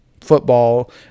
football